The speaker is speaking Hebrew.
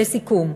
לסיכום,